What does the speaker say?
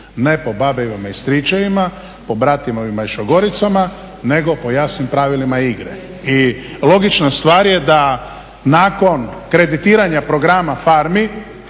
ne po babama i stričevima, po bratovima i šogoricama nego po jasnim pravilima igre. I logična stvar je da nakon kreditiranja programa farmi